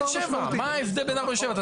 מה ההבדל בין 4 ל-7?